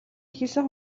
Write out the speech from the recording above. хэлсэн